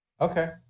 okay